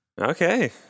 Okay